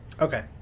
Okay